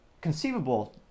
conceivable